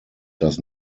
does